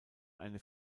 eine